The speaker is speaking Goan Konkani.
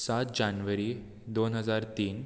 सात जानेवारी दोन हजार तीन